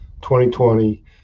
2020